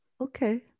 Okay